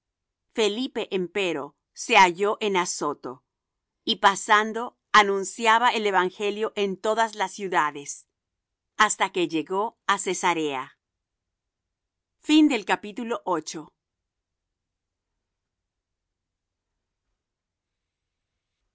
felipe empero se halló en azoto y pasando anunciaba el evangelio en todas las ciudades hasta que llegó á cesarea y